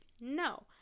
No